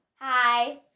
Hi